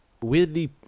weirdly